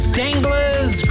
danglers